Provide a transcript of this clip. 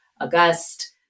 august